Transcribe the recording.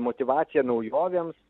motyvaciją naujovėms